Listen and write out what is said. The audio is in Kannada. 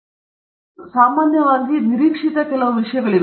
ಮತ್ತು ಇದರಲ್ಲಿ ಸಾಮಾನ್ಯವಾಗಿ ನಿರೀಕ್ಷಿತ ಕೆಲವು ವಿಷಯಗಳಿವೆ